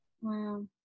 Wow